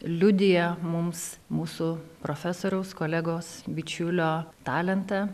liudija mums mūsų profesoriaus kolegos bičiulio talentą